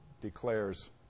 declares